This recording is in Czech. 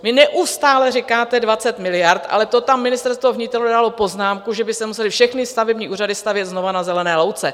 Vy neustále říkáte 20 miliard, ale to tam Ministerstvo vnitra dalo poznámku, že by se musely všechny stavební úřady stavět znovu na zelené louce.